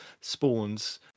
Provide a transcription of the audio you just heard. spawns